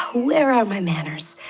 where are my manners?